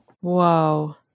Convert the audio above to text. Whoa